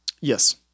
Yes